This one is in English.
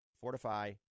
Fortify